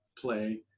play